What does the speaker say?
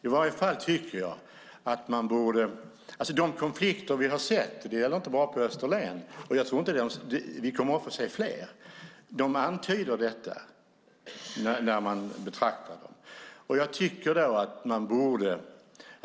De konflikter som vi har sett - och det gäller inte bara på Österlen - och som vi kommer att få se fler av antyder detta när man betraktar dem.